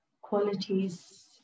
qualities